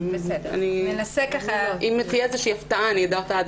אם תהיה איזושהי הפתעה אני אדע אותה עד